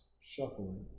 shuffling